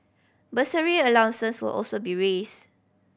bursary allowances will also be raise